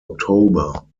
october